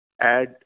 add